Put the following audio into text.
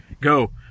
go